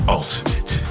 ultimate